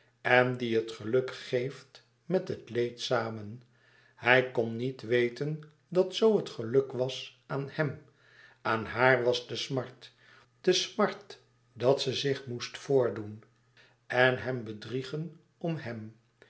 en die het geluk geeft met het leed samen hij kon niet weten dat zoo het geluk was aan hem aan haar was de smart de smart dat ze zich moest voordoen en hem bedriegen om hèm